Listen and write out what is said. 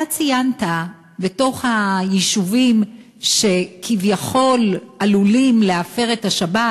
אתה ציינת בתוך היישובים שכביכול עלולים להפר את השבת,